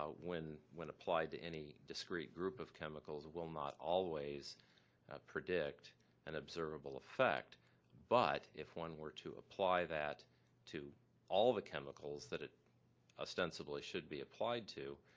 ah when when applied to any discreet group of chemicals will not always predict an observable effect but one were to apply that to all the chemicals that it ostensibly should be applied to,